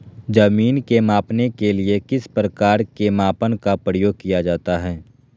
जमीन के मापने के लिए किस प्रकार के मापन का प्रयोग किया जाता है?